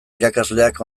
irakasleak